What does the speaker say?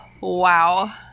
wow